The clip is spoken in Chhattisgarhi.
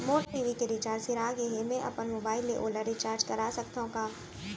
मोर टी.वी के रिचार्ज सिरा गे हे, मैं अपन मोबाइल ले ओला रिचार्ज करा सकथव का?